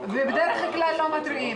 בדרך כלל לא מתריעים.